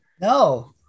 No